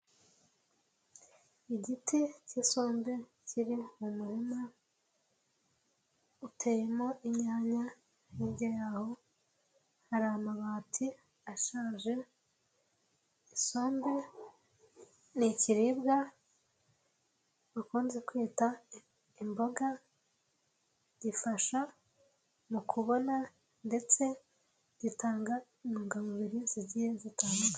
Igiti k'isombe kiri mu murima uteyemo inyanya hirya y'aho hari amabati ashaje, isombe ni ikiribwa bakunze kwita imboga gifasha mu kubona ndetse gitanga intungamubiri zigiye zitandukanye.